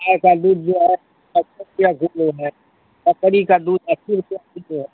गाय का दूध जो है पैंसठ रुपया किलो है बकरी का दूध अस्सी रुपया किलो है